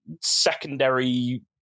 secondary